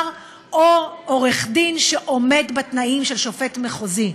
או עורך דין שעומד בתנאים של שופט מחוזי.